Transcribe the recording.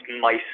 mice